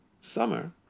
summer